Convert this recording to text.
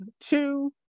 two